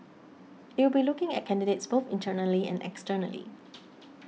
it will be looking at candidates both internally and externally